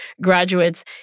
graduates